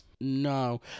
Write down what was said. No